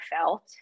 felt